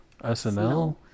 SNL